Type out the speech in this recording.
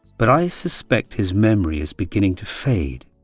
but i suspect his memory is beginning to fade.